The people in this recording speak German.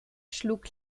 schlug